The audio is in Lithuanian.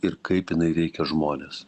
ir kaip jinai veikia žmones